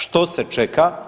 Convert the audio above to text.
Što se čeka?